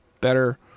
better